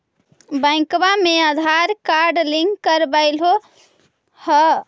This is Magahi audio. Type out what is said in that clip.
बैंकवा मे आधार कार्ड लिंक करवैलहो है?